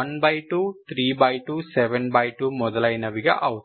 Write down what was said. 123272 మొదలైనవి గా అవుతాయి